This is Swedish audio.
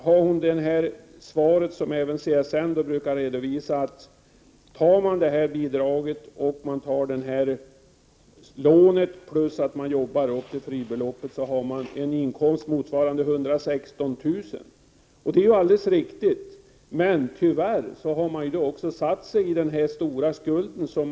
Hon kommer med samma svar som CSN brukar redovisa; om de studerande tar bidraget och lånet och därutöver arbetar så att de får en inkomst upp till fribeloppet, har de en inkomst motsvarande 116 000 kr. Det är alldeles riktigt, men de har då också tyvärr satt sigistor skuld.